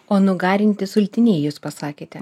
o nugarinti sultiniai jūs pasakėte